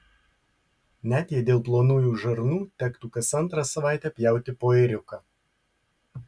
net jei dėl plonųjų žarnų tektų kas antrą savaitę pjauti po ėriuką